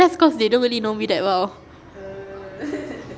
but that's cause they don't really know me that well